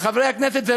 חברי הכנסת,